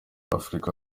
afurika